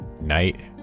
night